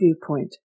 viewpoint